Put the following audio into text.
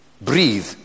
breathe